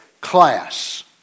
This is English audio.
class